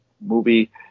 movie